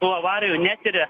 tų avarijų netiria